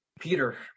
Peter